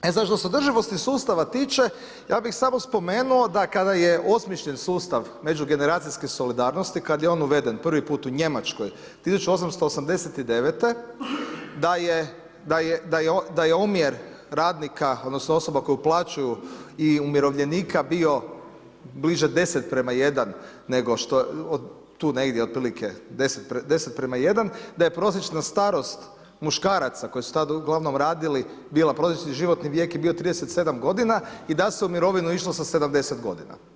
E sad što se održivosti sustava tiče, ja bih samo spomenuo da kada je osmišljen sustav međugeneracijske solidarnosti, kada je on uveden prvi put u Njemačkoj 1889. da je omjer radnika, odnosno osoba koje uplaćuju i umirovljenika bio bliže 10:1 nego tu negdje otprilike 10:1, da je prosječna starost muškaraca koji su tada uglavnom radili bila prosječni životni vijek je bio 37 godina i da se u mirovinu išlo sa 70 godina.